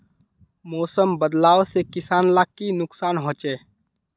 मौसम बदलाव से किसान लाक की नुकसान होचे?